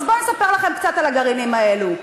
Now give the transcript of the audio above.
אז בוא נספר לכם קצת על הגרעינים האלה.